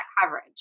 coverage